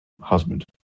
husband